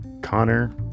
Connor